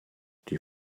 die